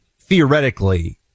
theoretically